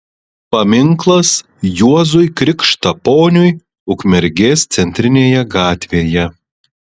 paminklas juozui krikštaponiui ukmergės centrinėje gatvėje